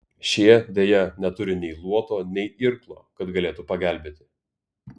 šie deja neturi nei luoto nei irklo kad galėtų pagelbėti